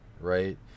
right